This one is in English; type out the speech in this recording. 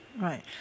Right